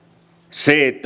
se